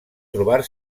trobar